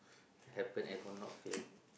happen I will not fail